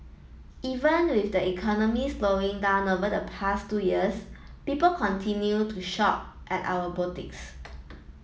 even with the economy slowing down over the past two years people continued to shop at our boutiques